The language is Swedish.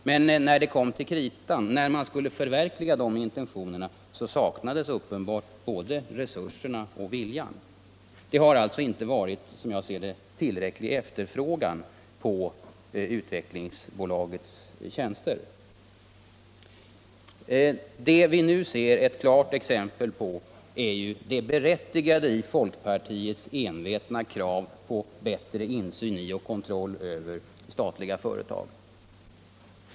Men när det kom till kritan, när man skulle förverkliga de intentionerna, saknades uppenbart både resurserna och viljan. Det har alltså, som jag uppfattar det, inte varit tillräcklig efterfrågan på Utvecklingsbolagets tjänster. Det vi nu ser ett klart exempel på är det berättigade i folkpartiets envetna krav på bättre insyn i och kontroll över statliga företag.